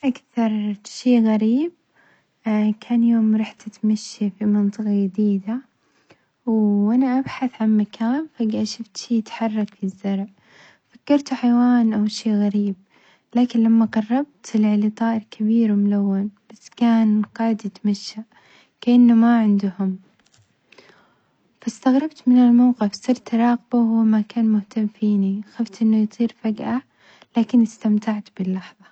أكثر شي غريب كان يوم روحت أتمشى في منطقة جديدة و أنا أبحث عن مكان فجأة شوفت شي يتحرك بالزرع، فكرته حيوان أو شي غريب لكن لما قربت طلع لي طائر كبير وملون بس كان قاعد يتمشى كأنه ما عنده هم، فاستغربت من الموقف صرت أراقبه وهو ما كان مهتم فيني، خوفت أنه يطير فجأة لكن استمتعت باللحظة.